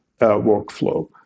workflow